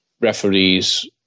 referees